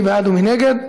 מי בעד ומי נגד?